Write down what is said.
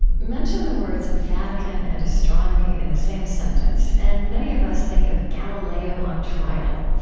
mention the words vatican and astronomy in the same sentence and many of us think of galileo on trial.